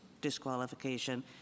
disqualification